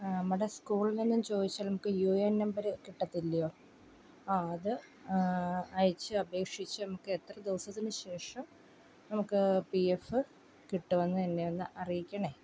നമ്മുടെ സ്കൂളിൽനിന്നും ചോദിച്ചാൽ നമുക്ക് യൂ എൻ നമ്പര് കിട്ടത്തില്ലയോ ആ അത് അയച്ച് അപേക്ഷിച്ച് നമുക്ക് എത്ര ദിവസത്തിന് ശേഷം നമുക്ക് പി എഫ്ഫ് കിട്ടുമെന്ന് എന്നെയൊന്ന് അറിയിക്കണേ